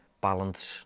balance